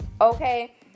okay